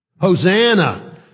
Hosanna